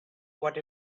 what